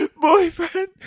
boyfriend